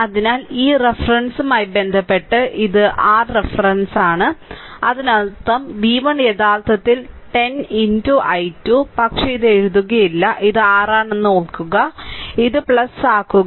അതിനാൽ ഈ റഫറൻസുമായി ബന്ധപ്പെട്ട് ഈ r റഫറൻസ് അതിനർത്ഥം v1 യഥാർത്ഥത്തിൽ 10 i2 പക്ഷേ ഇത് എഴുതുകയില്ല ഇത് r ആണെന്ന് ഓർക്കുക ഇത് ആക്കുക